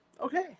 okay